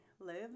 live